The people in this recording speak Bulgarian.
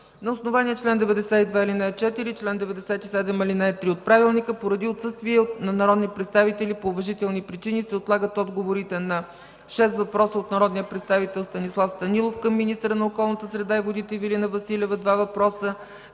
На основание чл. 92, ал. 4 и чл. 97, ал. 3 от ПОДНС, поради отсъствие на народни представители по уважителни причини се отлагат отговорите на: – шест въпроса от народния представител Станислав Станилов към министъра на околната среда и водите Ивелина Василева (два въпроса),